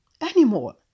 anymore